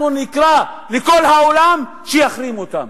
אנחנו נקרא לכל העולם שיחרימו אותם,